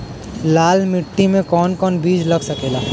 लाल मिट्टी में कौन कौन बीज लग सकेला?